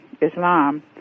Islam